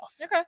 okay